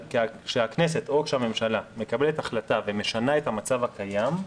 כשהכנסת או כשהממשלה מקבלת החלטה ומשנה את המצב הקיים,